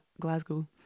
Glasgow